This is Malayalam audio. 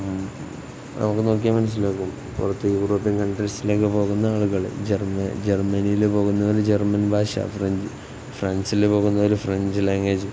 നമുക്ക് നോക്കിയാൽ മനസ്സിലാകും പുറത്ത് യൂറോപ്പിയൻ കൺട്രീസിലേക്ക് പോകുന്ന ആളുകൾ ജർമ്മ ജർമ്മനിയിൽ പോകുന്നവർ ജർമ്മൻ ഭാഷ ഫ്രഞ്ച് ഫ്രാൻസിൽ പോകുന്നവർ ഫ്രഞ്ച് ലാംഗ്വേജ്